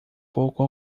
pouco